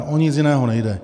O nic jiného nejde.